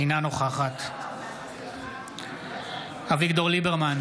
אינה נוכחת אביגדור ליברמן,